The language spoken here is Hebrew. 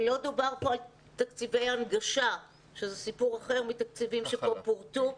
לא דובר כאן על תקציבי הנגשה שזה סיפור אחר מתקציבים שפורטו כאן.